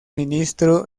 ministro